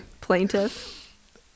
plaintiff